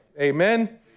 Amen